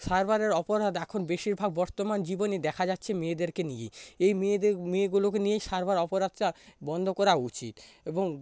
cyber অপরাধ এখন বেশিরভাগ বর্তমান জীবনে দেখা যাচ্ছে মেয়েদেরকে নিয়ে এই মেয়েদের মেয়েগুলোকে নিয়ে সাইবার অপরাধটা বন্ধ করা উচিত এবং